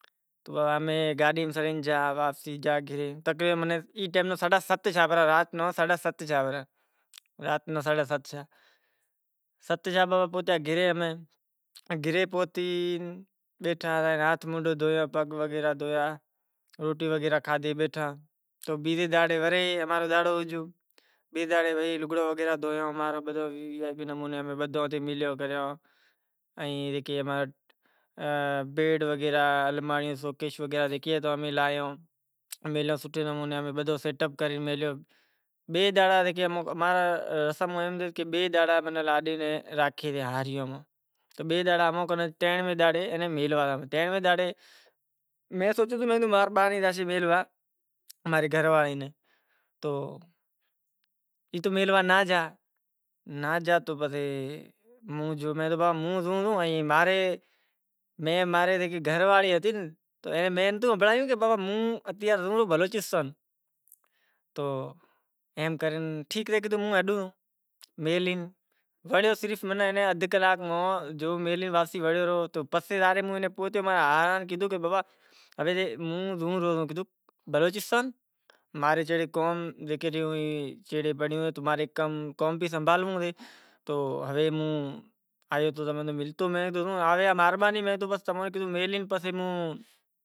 موں بیٹھلو تو موں رو ہاڑو سے تو میں بوٹ اتاریو تو تاڑیو ریو تو میں کیدہو کرے شوں رو۔ ٹھیک سے تو بابا تھوڑی دیر تھی تو نیٹھ پہری گیا باہرے پسے بئے ٹے منٹ بیشے وڑے ٹیم پیریڈ ہوئے تو زانڑو پڑے واپسی ائیں باراتی زکو ہتو کافی وسارا نیہرے گیا باہر تو ایئاں نیں آہستے آہستے روانو کریو تو موں ماں ری لاڈی روتی روتی آوی تو ڈوشیں تو شوں ویواہ تھے تو ویواہ ماں اوں ئی روشیں تو رات نا ست تھیا گھرے پوہتا۔